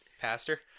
Pastor